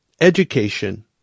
Education